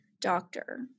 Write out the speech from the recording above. doctor